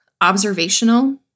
observational